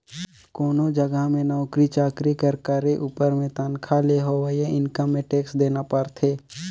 कोनो जगहा में नउकरी चाकरी कर करे उपर में तनखा ले होवइया इनकम में टेक्स देना परथे